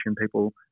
people